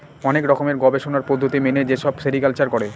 অনেক রকমের গবেষণার পদ্ধতি মেনে যেসব সেরিকালচার করে